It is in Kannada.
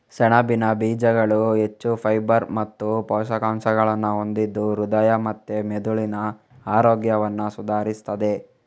ಸೆಣಬಿನ ಬೀಜಗಳು ಹೆಚ್ಚು ಫೈಬರ್ ಮತ್ತು ಪೋಷಕಾಂಶಗಳನ್ನ ಹೊಂದಿದ್ದು ಹೃದಯ ಮತ್ತೆ ಮೆದುಳಿನ ಆರೋಗ್ಯವನ್ನ ಸುಧಾರಿಸ್ತದೆ